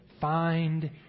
Find